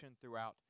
throughout